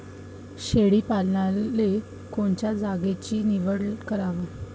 शेळी पालनाले कोनच्या जागेची निवड करावी?